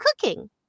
cooking